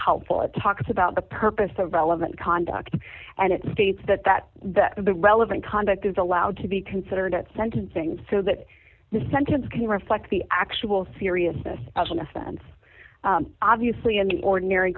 helpful it talks about the purpose of relevant conduct and it states that that that the relevant conduct is allowed to be considered at sentencing so that the sentence can reflect the actual seriousness of an offense obviously in the ordinary